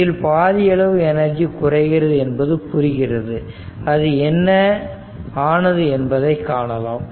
இதில் பாதி அளவு எனர்ஜி குறைகிறது என்பது புரிகிறது அது என்ன ஆனது என்பதை காணலாம்